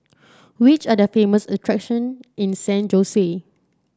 which are the famous attraction in San Jose